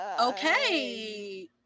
Okay